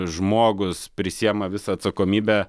žmogus prisiima visą atsakomybę